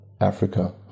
Africa